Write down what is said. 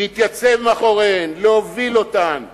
להתייצב מאחוריהן, להוביל אותן ביושר,